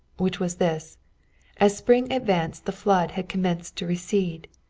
which was this as spring advanced the flood had commenced to recede.